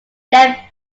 they